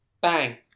Bang